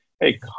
hey